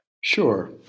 Sure